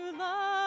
love